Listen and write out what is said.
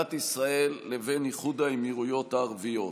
מדינת ישראל לבין איחוד האמירויות הערביות,